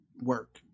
work